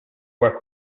work